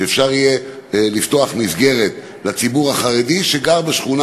ואפשר יהיה לפתוח מסגרת לציבור החרדי שגר בשכונה